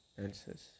answers